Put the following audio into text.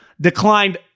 declined